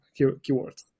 keywords